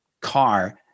car